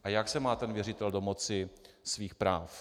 A jak se má věřitel domoci svých práv?